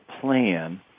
plan